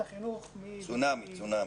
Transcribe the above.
צונאמי.